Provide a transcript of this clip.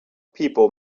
people